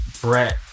brett